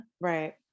Right